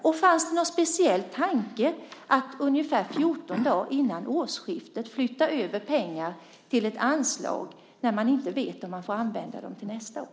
Och fanns det någon speciell tanke med att ungefär 14 dagar före årsskiftet flytta över pengar till ett anslag där man inte vet om man får använda dem till nästa år?